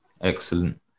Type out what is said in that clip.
Excellent